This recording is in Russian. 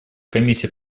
комиссия